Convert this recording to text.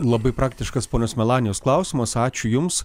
labai praktiškas ponios melanijos klausimas ačiū jums